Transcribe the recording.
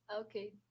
Okay